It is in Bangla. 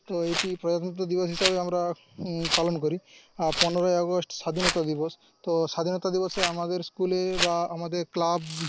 তো এইটি প্রজাতন্ত্র দিবস হিসেবে আমরা পালন করি আর পনেরোই আগস্ট স্বাধীনতা দিবস তো স্বাধীনতা দিবসে আমাদের স্কুলে বা আমাদের ক্লাব